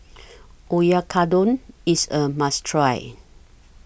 Oyakodon IS A must Try